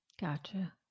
Gotcha